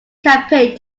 campaign